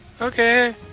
Okay